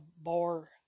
bar